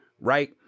right